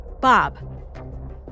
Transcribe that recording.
Bob